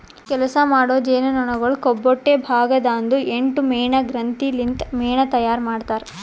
ಕೆಲಸ ಮಾಡೋ ಜೇನುನೊಣಗೊಳ್ ಕೊಬ್ಬೊಟ್ಟೆ ಭಾಗ ದಾಂದು ಎಂಟು ಮೇಣ ಗ್ರಂಥಿ ಲಿಂತ್ ಮೇಣ ತೈಯಾರ್ ಮಾಡ್ತಾರ್